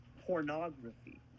pornography